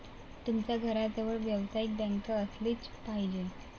तुमच्या घराजवळ व्यावसायिक बँक असलीच पाहिजे